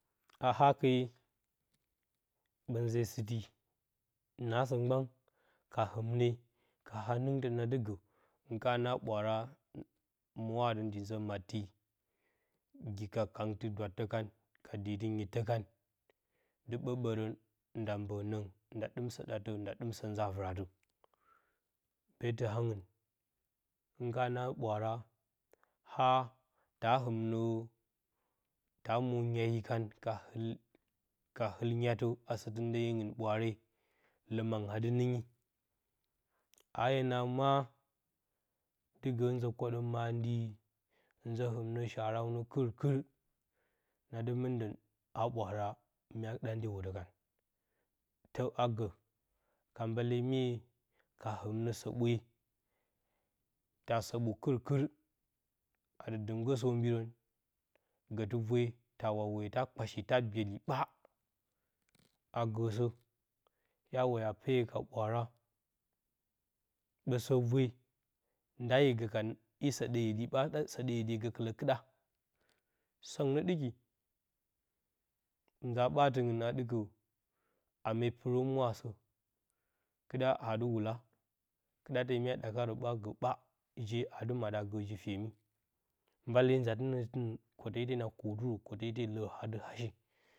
A hake, ɓə nzee sɨti, naasə mgban ka hɨmne ka hanɨng tə nadɨ gə hɨn kana naa ɓwaara, muura adɨ ndɨ nzə matti gi ka kangtɨ dwattə kan, ka diitɨ nyittə kan, dɨ ɓəə ɓərə nda mbə nəngɨn, nda ɗɨm sə ɗatə nda ɗɨm stinzaa vɨratə, beetɨ hangɨn hɨn kana naa ɓwanra ha ta hɨmna ta mwo nyahee kan ka a sɨtɨ ndyeyingɨn, ɓwaare, lə mangɨn a dɨ aiha nɨɨnyi, a hye naa ma dɨgə nzə koɗə mandyi, nzə hɨmnə sharawnə kɨr kɨr, sə agə ka nadɨ mmɨn dən, a ɓwaara, mya ɗa ndye wetə kan, tə a gə ka mbaalye mye ka hɨmnə səɓwe, ta səɓwo kɨrkɨr adɨ dɨm gə sobyirən, gətɨ vwe, tawa woyo ta kpashi, ta byeli ɓaa a gəsə, hya woyo apeyo ka ɓwaare ɓə sop vwe nda a yo gəka, yi səɗə-yedi, ɓa da səɗə-yhedi, gəkɨlə kɨɗa sə ngɨn nə ɗiki nzaa ɓaatɨngɨn a ɗɨkə a mee pɨrə humwa a sə kɨɗa dɨ wula kɨda te mya ɗakarə ɓa gə ɓaa je a dɨ maɗo a gə jii fyemi mbale ngatɨnə tɨngɨn kotə i te na kotɨrə, kotə ite lərə adɨ hashi.